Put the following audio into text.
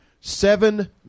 seven